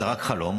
זה רק חלום.